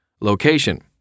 Location